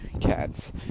cats